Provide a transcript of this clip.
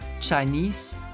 Chinese